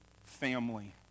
Family